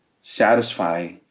satisfy